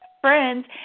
friends